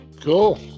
Cool